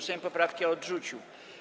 Sejm poprawki odrzucił.